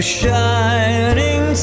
shining